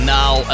now